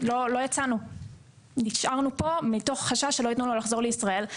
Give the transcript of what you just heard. ולא יצאנו אלא נשארנו כאן מתוך חשש שלא ייתנו לו לחזור לישראל.